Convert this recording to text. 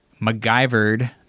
MacGyvered